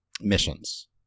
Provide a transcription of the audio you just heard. missions